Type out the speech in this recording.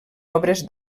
obres